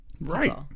Right